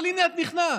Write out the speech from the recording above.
אבל הינה, את נכנעת,